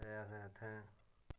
ते असें उत्थें